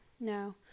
no